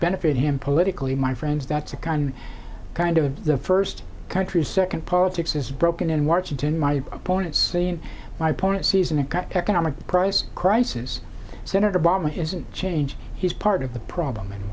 benefit him politically my friends that's the kind kind of the first country second politics is broken in washington my opponent seen my point sees an economic crisis crisis senator obama isn't change he's part of the problem in